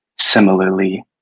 Similarly